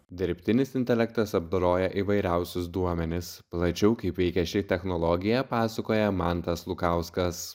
dirbtinis intelektas apdoroja įvairiausius duomenis plačiau kaip veikia ši technologija pasakoja mantas lukauskas